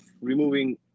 removing